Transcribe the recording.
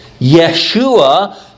Yeshua